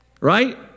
Right